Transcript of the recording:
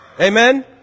Amen